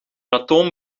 atoom